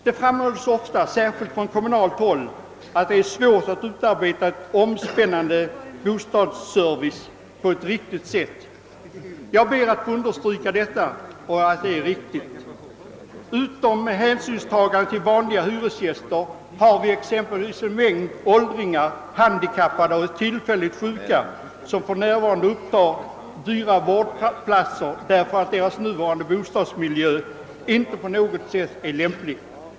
Det framhålles ofta särskilt från kommunalt håll att det är svårt att utarbeta en allt omspännande boendeservice på ett riktigt sätt. Jag ber att få understryka riktigheten av detta. Utom hänsynstagande till vanliga hyresgäster har vi exempelvis en mängd åldringar, handikappade och tillfälligt sjuka, vilka för närvarande upptar dyra vårdplatser därför att deras nuvarande bostadsmiljö inte på något sätt är lämplig.